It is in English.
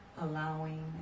allowing